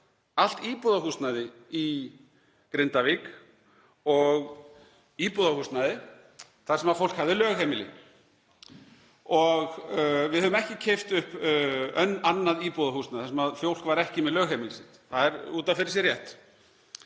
allt íbúðarhúsnæði í Grindavík og íbúðarhúsnæði þar sem fólk hafði lögheimili. Við höfum ekki keypt upp annað íbúðarhúsnæði þar sem fólk var ekki með lögheimili sitt, það er út af fyrir sig rétt.